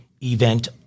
event